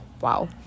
wow